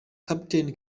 captain